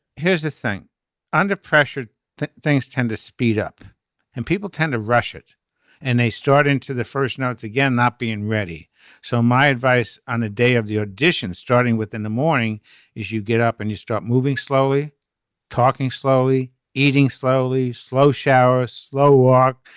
here's the thing under pressure things tend to speed up and people tend to rush it and they start into the first notes again not being ready so my advice on the day of the audition starting within the morning is you get up and you start moving slowly talking slowly eating slowly slow showers slow walk.